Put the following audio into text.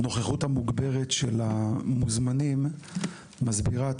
הנוכחות המוגברת של המוזמנים מסבירה עד